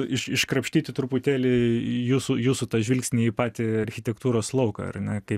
iš iškrapštyti truputėlį jūsų jūsų tą žvilgsnį į patį architektūros lauką ar ne kaip